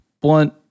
blunt